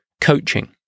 coaching